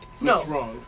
No